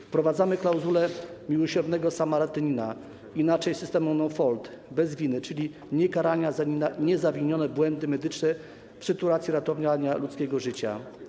Wprowadzamy klauzulę miłosiernego samarytanina, inaczej system no-fault, bez winy, czyli niekaranie za niezawinione błędy medyczne w sytuacji ratowania ludzkiego życia.